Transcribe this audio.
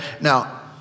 Now